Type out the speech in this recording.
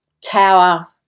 Tower